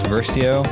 Versio